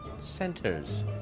Centers